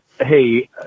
hey